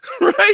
Right